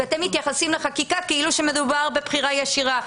אתם מתייחסים לחקיקה כאילו מדובר בבחירה ישירה.